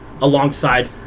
alongside